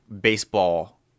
baseball